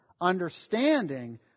understanding